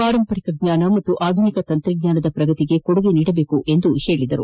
ಪಾರಂಪರಿಕ ಜ್ಞಾನ ಮತ್ತು ಆಧುನಿಕ ತಂತ್ರಜ್ಞಾನದ ಪ್ರಗತಿಗೆ ಕೊಡುಗೆ ನೀಡಬೇಕು ಎಂದು ಹೇಳಿದರು